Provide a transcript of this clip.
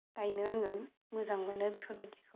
गायनो आङो मोजां मोनो बेफोरबायदिखौ